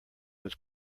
was